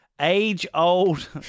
age-old